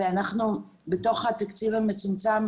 בתוך התקציב המצומצם,